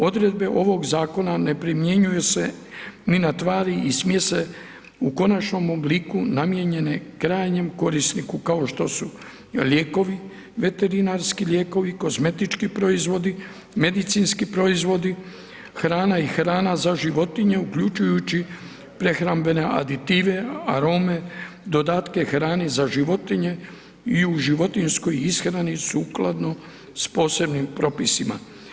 Odredbe ovoga Zakona ne primjenjuju se ni na tvari i smjese u konačnom obliku namijenjene krajnjem korisniku, kao što su lijekovi, veterinarski lijekovi, kozmetički proizvodi, medicinski proizvodi, hrana i hrana za životinju, uključujući prehrambene aditive, arome, dodatke hrani za životinje i u životinjskoj ishrani sukladno s posebnim propisima.